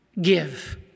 give